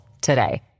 today